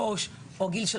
על גיל 3,